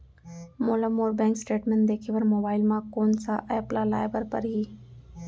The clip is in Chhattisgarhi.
मोला मोर बैंक स्टेटमेंट देखे बर मोबाइल मा कोन सा एप ला लाए बर परही?